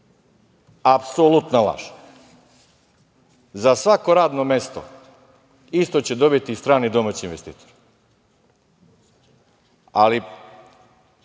apsolutna laž. Za svako radno mesto isto će dobiti i strani i domaći investitor. Ali,